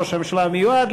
ראש הממשלה המיועד,